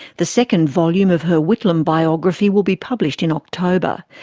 the second volume of her whitlam biography will be published in october.